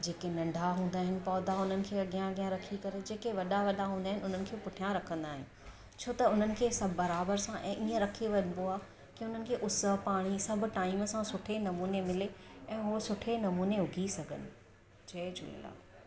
जेके नंढा हूंदा आहिनि पौधा हुननि खे अॻियां अॻियां रखी करे जेके वॾा वॾा हूंदा आहिनि उन्हनि खे पुठियां रखंदा आहियूं छो त हुननि खे सभु बराबरि सां ऐं ईअं रखी वठिबो आहे की हुननि खे उसु पाणी सभु टाइम सां सुठे नमूने में मिले ऐं हो सुठे नमूने उघी सघनि जय झूलेलाल